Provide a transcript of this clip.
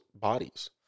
bodies